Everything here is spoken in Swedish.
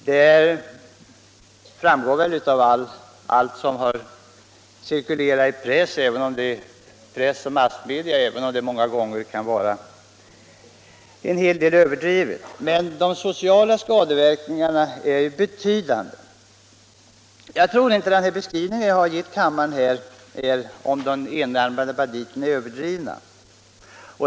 Detta framgår av alla uppgifter om den enarmade banditen som cirkulerat i press och övriga massmedia, även om uppgifterna många gånger kan vara överdrivna. De sociala skadeverkningarna av spelautomater är emellertid betydande. Jag tror inte att den beskrivning av den enarmade banditen som jag har gett kammaren är överdriven.